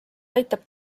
aitab